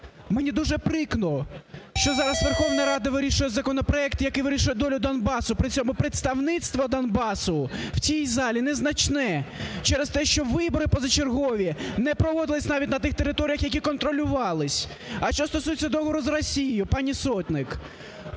Мені дуже прикро, що зараз Верховна Рада вирішує законопроект, який вирішує долю Донбасу, при цьому представництво Донбасу в цій залі незначне через те, що вибори позачергові не проводились навіть на тих територіях, які контролювались. А що стосується договору з Росією, пані Сотник.